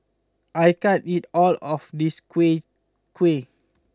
I can't eat all of this Kuih Kuih